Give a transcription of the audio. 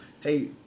Hey